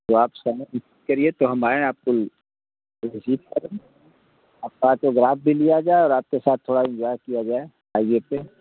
तो आप समय निकारिए तो हम आपको रिसीव करें आपका आटोग्राफ भी लिया जाए और आपके साथ थोड़ा इन्जॉय किया जाए हाइवे पर